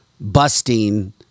busting